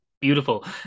beautiful